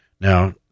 Now